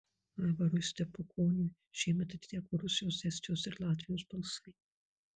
aivarui stepukoniui šiemet atiteko rusijos estijos ir latvijos balsai